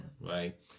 Right